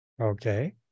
Okay